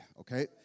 Okay